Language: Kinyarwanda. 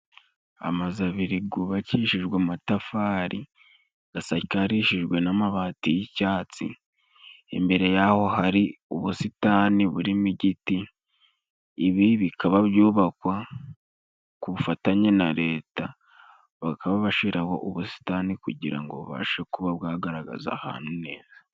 Amazu abiri gubakishijwe amatafari, gasakarishijwe n'amabati g'icyatsi. Imbere y'aho hari ubusitani burimo igiti. Ibi bikaba byubakwa ku bufatanye na leta, bakaba bashiraho ubusitani kugira ngo bubashe kuba bwagaragaza ahantu neza.